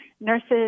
nurses